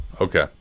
Okay